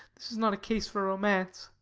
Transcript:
this is not a case for romance.